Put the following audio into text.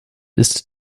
ist